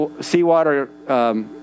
seawater